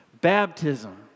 Baptism